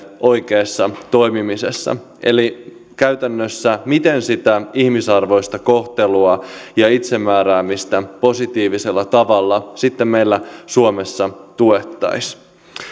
oikeassa toimimisessa eli käytännössä siinä miten sitä ihmisarvoista kohtelua ja itsemääräämistä positiivisella tavalla sitten meillä suomessa tuettaisiin